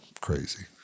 crazy